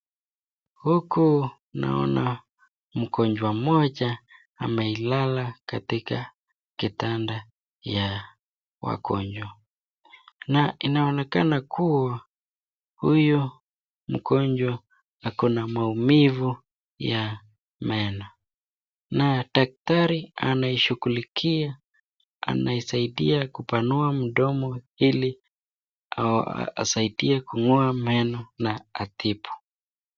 Huku naona mgonjwa mmoja amelala katika kitanda ya wagonjwa na inaonekana kuwa huyu mgonjwa ako na maumivu ya meno na daktari anaishughulikia anaisaidia kupanua mdomo ili asaidie kung'oa meno na atibu.